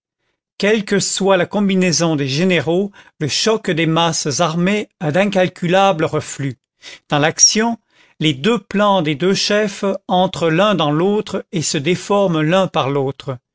quelle que soit la combinaison des généraux le choc des masses armées a d'incalculables reflux dans l'action les deux plans des deux chefs entrent l'un dans l'autre et se déforment l'un par l'autre